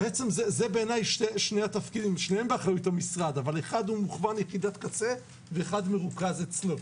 שני התפקידים באחריות המשרד אבל אחד מוכוון יחידת קצה ואחד מרוכז אצלו.